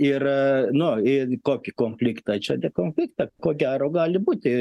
ir nu į kokį konfliktą čia ne konfliktą ko gero gali būti